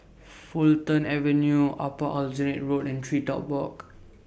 Fulton Avenue Upper Aljunied Road and TreeTop Walk